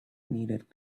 needed